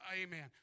Amen